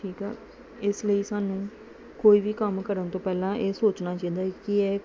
ਠੀਕ ਆ ਇਸ ਲਈ ਸਾਨੂੰ ਕੋਈ ਵੀ ਕੰਮ ਕਰਨ ਤੋਂ ਪਹਿਲਾਂ ਇਹ ਸੋਚਣਾ ਚਾਹੀਦਾ ਕਿ ਇਹ